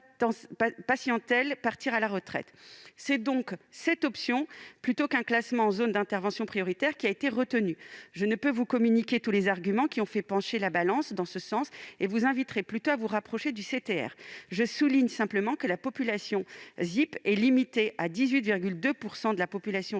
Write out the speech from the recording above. patientèles étant partis à la retraite. C'est donc cette option plutôt qu'un classement en zone d'intervention prioritaire qui a été retenue ; je ne peux vous communiquer tous les arguments qui ont fait pencher la balance dans ce sens et vous invite plutôt à vous rapprocher du CTR. Je souligne simplement que la population ZIP est limitée à 18,2 % de la population régionale,